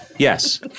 Yes